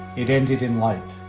it ended in light.